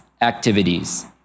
activities